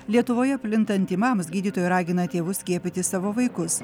lietuvoje plintant tymams gydytojai ragina tėvus skiepyti savo vaikus